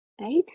Right